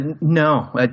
No